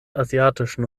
asiatischen